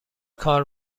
کار